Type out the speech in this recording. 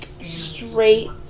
straight